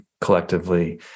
collectively